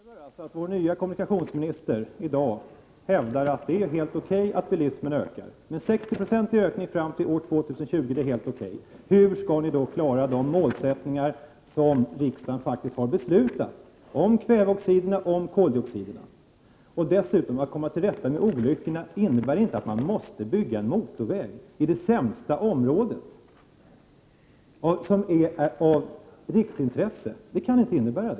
Fru talman! Detta innebär alltså att vår nye kommunikationsminister i dag hävdar att det är helt okej att bilismen ökar. En 60-procentig ökning fram till år 2020 är helt okej. Hur skall ni uppfylla de mål som riksdagen faktiskt har beslutat om när det gäller kväveoxiderna och koldioxiderna? Man måste inte bygga en motorväg i det sämst lämpade området för att komma till rätta med olyckorna — ett område som är av riksintresse. Det kan inte vara så.